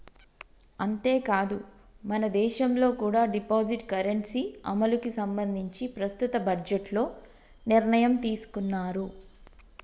అంతేకాదు మనదేశంలో కూడా డిజిటల్ కరెన్సీ అమలుకి సంబంధించి ప్రస్తుత బడ్జెట్లో నిర్ణయం తీసుకున్నారు